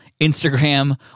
Instagram